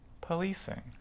policing